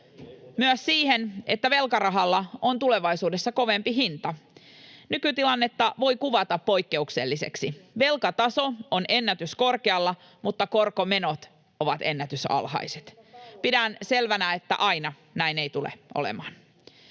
myös siihen, että velkarahalla on tulevaisuudessa kovempi hinta. Nykytilannetta voi kuvata poikkeukselliseksi: velkataso on ennätyskorkealla, mutta korkomenot ovat ennätysalhaiset. Pidän selvänä, että aina näin ei tule olemaan.